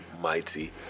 mighty